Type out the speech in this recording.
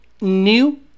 new